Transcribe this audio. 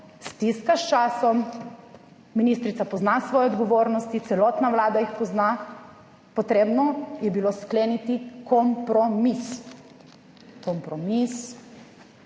Stiska s časom. Ministrica pozna svoje odgovornosti, celotna vlada jih pozna. Potrebno je bilo skleniti kompromis.